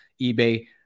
eBay